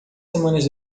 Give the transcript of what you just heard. semanas